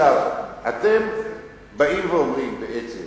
אתם אומרים בעצם